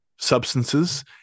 substances